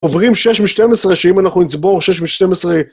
עוברים 6 מ-12 שאם אנחנו נצבור 6 מ-12...